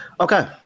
Okay